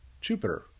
Jupiter